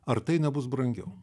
ar tai nebus brangiau